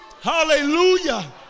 hallelujah